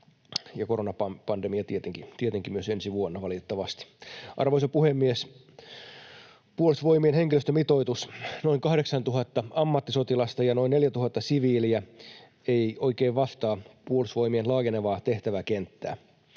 ja koronapandemia tietenkin myös ensi vuonna, valitettavasti. Arvoisa puhemies! Puolustusvoimien henkilöstömitoitus, noin 8 000 ammattisotilasta ja noin 4 000 siviiliä, ei oikein vastaa Puolustusvoimien laajenevaa tehtäväkenttää.